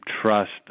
trust